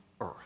earth